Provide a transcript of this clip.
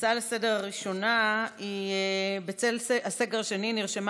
ההצעה הראשונה לסדר-היום: בצל הסגר השני נרשמה